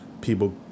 people